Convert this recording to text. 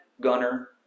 gunner